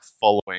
following